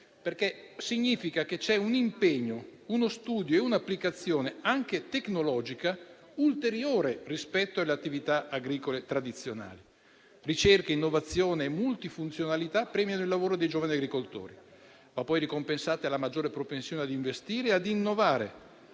perché significa che ci sono un impegno, uno studio e un'applicazione anche tecnologica ulteriori rispetto alle attività agricole tradizionali. Ricerca, innovazione e multifunzionalità premiano il lavoro dei giovani agricoltori e sono poi ricompensate dalla loro maggior propensione a investire e innovare